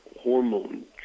hormone